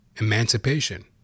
emancipation